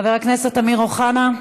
חבר הכנסת אמיר אוחנה,